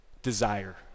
desire